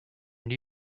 new